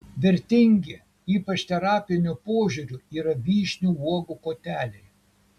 vertingi ypač terapiniu požiūriu yra vyšnių uogų koteliai